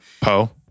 Poe